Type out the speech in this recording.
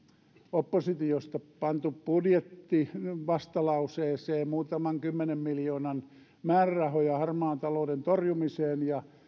oppositiosta pantu budjettivastalauseeseen muutaman kymmenen miljoonan määrärahoja harmaan talouden torjumiseen ja